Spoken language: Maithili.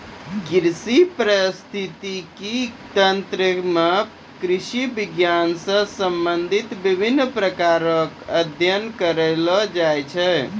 कृषि परिस्थितिकी तंत्र मे कृषि विज्ञान से संबंधित विभिन्न प्रकार रो अध्ययन करलो जाय छै